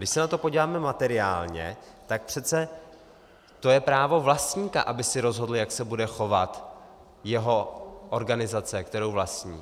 A když se na to podíváme materiálně, tak přece to je právo vlastníka, aby si rozhodl, jak se bude chovat jeho organizace, kterou vlastní.